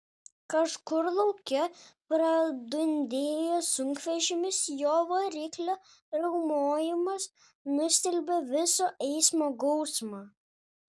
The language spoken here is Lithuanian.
kažkur lauke pradundėjo sunkvežimis jo variklio riaumojimas nustelbė viso eismo gausmą